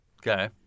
Okay